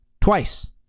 Twice